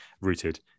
rooted